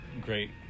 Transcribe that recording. great